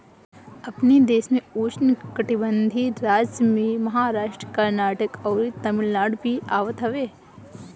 अपनी देश में उष्णकटिबंधीय राज्य में महाराष्ट्र, कर्नाटक, अउरी तमिलनाडु भी आवत हवे